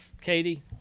Katie